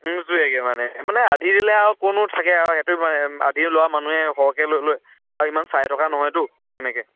নোজোৰেগৈ মানে মানে আধি দিলে আৰু কোনো থাকে আৰু সিহঁতিও আধি লোৱা মানুহে সৰহকৈ লৈ লৈ আৰু ইমান চাই থকা নহয়তো তেনেকৈ